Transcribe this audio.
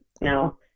No